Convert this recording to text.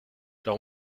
leur